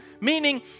meaning